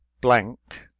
blank